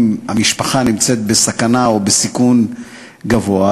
אם המשפחה נמצאת בסכנה או בסיכון גבוה,